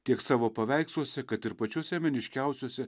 tiek savo paveiksluose kad ir pačiuose meniškiausiuose